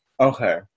okay